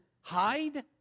hide